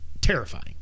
terrifying